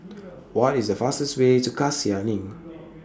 What IS The fastest Way to Cassia LINK